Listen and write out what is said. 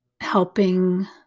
helping